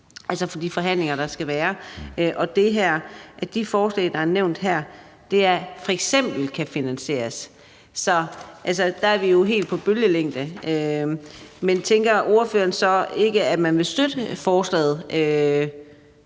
af forhandlinger, der skal være, og der står, at de forslag, der er nævnt her, f.eks. kan finansieres af noget. Der er vi jo helt på bølgelængde, men tænker ordføreren så ikke, at man vil støtte forslaget,